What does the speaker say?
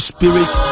Spirit